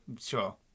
sure